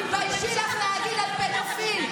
תתביישי לך להגיד על פדופיל,